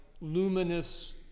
luminous